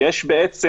לראות את